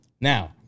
Now